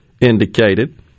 indicated